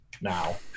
now